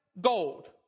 Gold